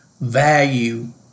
value